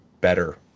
better